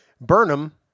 Burnham